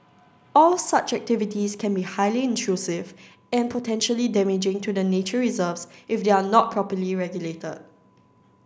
all such activities can be highly intrusive and potentially damaging to the nature reserves if they are not properly regulated